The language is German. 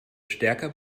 stärker